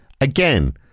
again